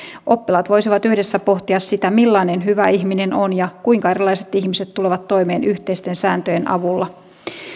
oppilaat voisivat yhdessä pohtia sitä millainen hyvä ihminen on ja kuinka erilaiset ihmiset tulevat toimeen yhteisten sääntöjen avulla